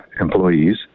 employees